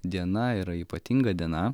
diena yra ypatinga diena